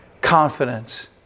confidence